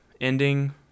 ending